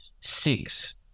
six